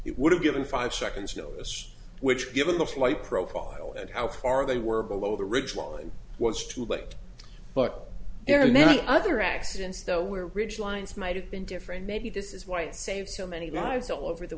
it would have given five seconds notice which given the flight profile and how far they were below the ridgeline was too but but there are many other accidents though where ridge lines might have been different maybe this is why it saves so many lives all over the